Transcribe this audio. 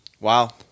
Wow